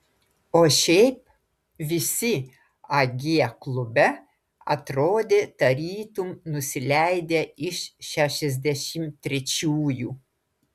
o šiaip visi ag klube atrodė tarytum nusileidę iš šešiasdešimt trečiųjų